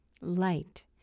light